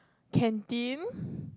canteen